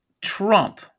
Trump